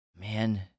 Man